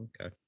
okay